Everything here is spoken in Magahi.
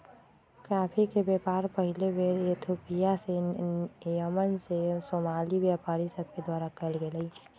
कॉफी के व्यापार पहिल बेर इथोपिया से यमन में सोमाली व्यापारि सभके द्वारा कयल गेलइ